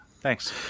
Thanks